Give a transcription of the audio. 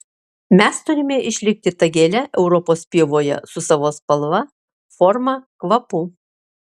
mes turime išlikti ta gėle europos pievoje su savo spalva forma kvapu